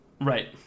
Right